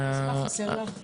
אז מה חסר לך?